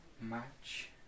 match